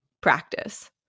practice